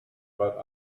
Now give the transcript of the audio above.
but